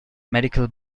medical